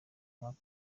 mwaka